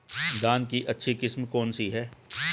धान की अच्छी किस्म कौन सी है?